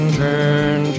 turn